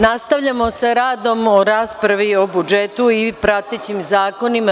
Nastavljamo sa radom o raspravi o budžetu i pratećim zakonima.